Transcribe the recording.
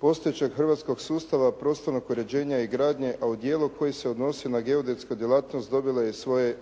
postojećeg hrvatskog sustava prostornog uređenja i gradnje a u dijelu koji se odnosi na geodetsku djelatnost dobilo je svoje